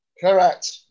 Correct